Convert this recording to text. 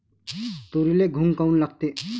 तुरीले घुंग काऊन लागते?